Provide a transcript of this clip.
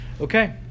okay